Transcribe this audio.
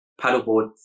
paddleboard